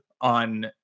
on